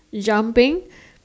jumping